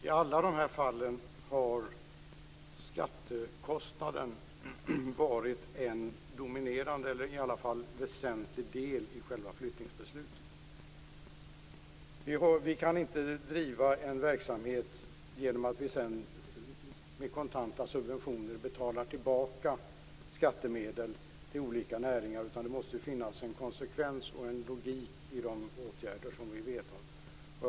I alla de här fallen har skattekostnaden varit en dominerande eller i alla fall väsentlig del i själva flyttningsbeslutet. Vi kan inte driva en verksamhet genom att betala tillbaka skattemedel som kontanta subventioner till olika näringar. Det måste finnas en konsekvens och en logik i de åtgärder som vi vidtar.